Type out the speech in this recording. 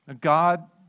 God